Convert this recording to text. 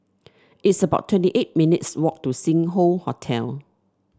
it's about twenty eight minutes' walk to Sing Hoe Hotel